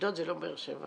אשדוד זה לא באר שבע,